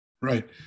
Right